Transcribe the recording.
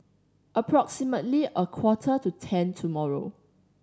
approximately a quarter to ten tomorrow